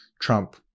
Trump